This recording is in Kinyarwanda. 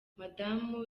madamu